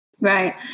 Right